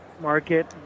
market